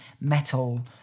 metal